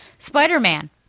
Spider-Man